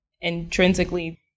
intrinsically